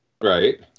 Right